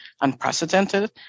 unprecedented